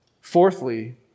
Fourthly